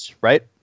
right